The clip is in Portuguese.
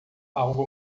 algo